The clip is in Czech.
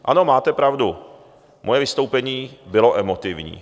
Ano, máte pravdu, moje vystoupení bylo emotivní.